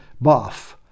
buff